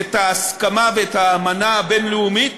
את ההסכמה ואת האמנה הבין-לאומית